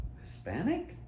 Hispanic